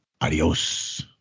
Adios